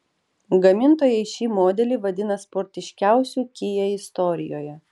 gamintojai šį modelį vadina sportiškiausiu kia istorijoje